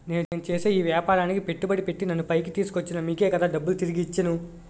నేను చేసే ఈ వ్యాపారానికి పెట్టుబడి పెట్టి నన్ను పైకి తీసుకొచ్చిన మీకే కదా డబ్బులు తిరిగి ఇచ్చేను